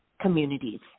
communities